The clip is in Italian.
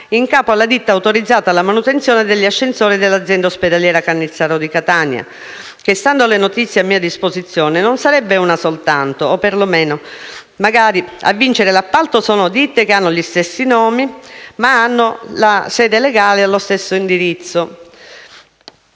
in capo alla ditta autorizzata alla manutenzione degli ascensori dell'azienda ospedaliera Cannizzaro di Catania, che, stando alle notizie a mia disposizione, non sarebbe una soltanto, o per lo meno magari a vincere l'appalto sono ditte che hanno nomi diversi, ma che di fatto hanno sede legale nello stesso indirizzo.